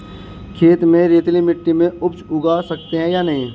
खेत में रेतीली मिटी में उपज उगा सकते हैं या नहीं?